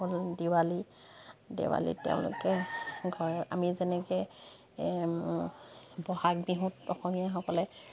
হ'ল দিৱালী দেৱালীত তেওঁলোকে ঘৰ আমি যেনেকে বহাগ বিহুত অসমীয়াসকলে